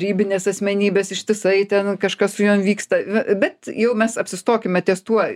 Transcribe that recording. ribinės asmenybės ištisai ten kažkas su juo vyksta bet jau mes apsistokime ties tuo